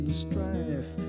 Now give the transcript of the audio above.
strife